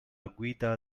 guida